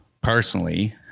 personally